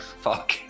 Fuck